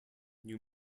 new